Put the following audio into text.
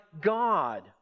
god